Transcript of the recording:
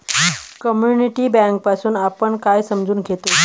Community bank पासुन आपण काय समजून घेतो?